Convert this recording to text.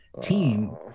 team